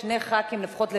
שני חברי כנסת לפחות,